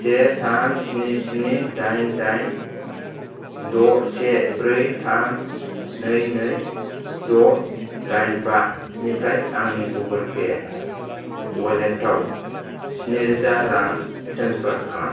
से थाम स्नि स्नि दाइन दाइन द' से ब्रै थाम नै नै द' दाइन बा निफ्राय आंनि गुगोल पे अवालेटाव स्निरोजा रां ट्रेन्सफार खालाम